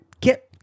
get